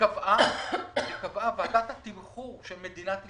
שקבעה ועדת התמחור של מדינת ישראל.